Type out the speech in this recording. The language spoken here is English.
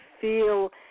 feel